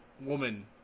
woman